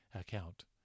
account